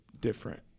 different